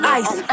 ice